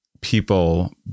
people